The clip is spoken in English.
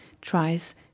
tries